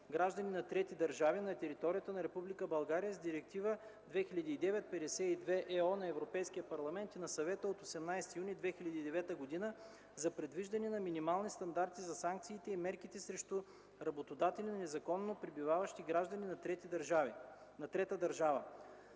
граждани на трети държави, на територията на Република България с Директива 2009/52/ЕО на Европейския парламент и на Съвета от 18 юни 2009 г. за предвиждане на минимални стандарти за санкциите и мерките срещу работодатели на незаконно пребиваващи граждани на трета държава.